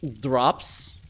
drops